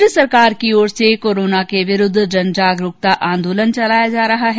केन्द्र सरकार की ओर से कोरोना के विरूद्व जन जागरूकता आंदोलन चलाया जा रहा है